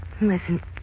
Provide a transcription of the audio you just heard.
Listen